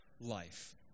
life